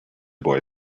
boy